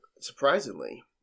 surprisingly